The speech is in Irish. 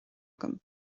agam